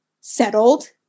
settled